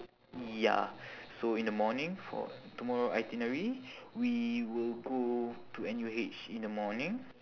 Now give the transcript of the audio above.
ya so in the morning for tomorrow itinerary we will go to N_U_H in the morning